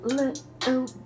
little